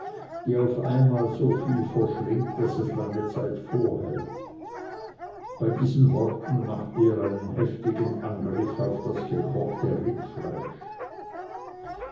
die auf einmal soviel verschlingt daß es lange zeit vorhält bei diesen worten machte er einen heftigen angriff auf das gekochte rindfleisch